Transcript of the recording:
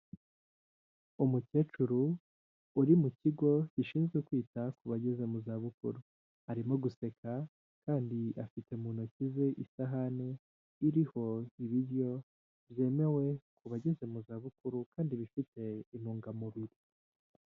Umukecuru uri mu kigo gishinzwe kwita ku bageze mu za bukuru, arimo guseka kandi afite mu ntoki ze isahani iriho ibiryo byemewe ku bageze mu za bukuru kandi bifite intungamubiri.